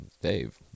Dave